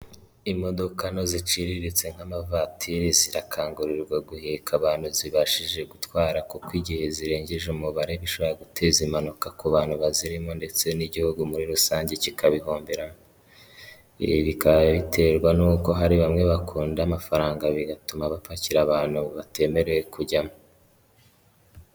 Imodoka nto ziciriritse nk'amavatiri zirakangurirwa guheka abantu zibashije gutwara kuko igihe zirengeje umubare bishobora guteza impanuka ku bantu bazirimo ndetse n'igihugu muri rusange kikabihomberamo, ibi bikaba biterwa n'uko hari bamwe bakunda amafaranga bigatuma bapakira abantu batemerewe kujyamo.